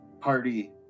party